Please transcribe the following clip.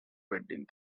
wedding